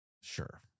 Sure